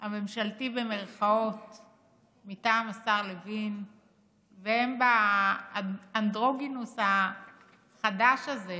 הממשלתי מטעם השר לוין והן באנדרוגינוס החדש הזה